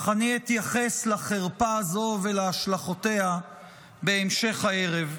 אך אני אתייחס לחרפה הזו ולהשלכותיה בהמשך הערב.